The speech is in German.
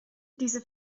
diese